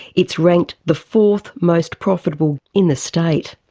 it's ranked the fourth most profitable in the state.